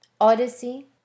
Odyssey